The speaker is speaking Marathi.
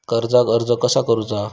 कर्जाक अर्ज कसा करुचा?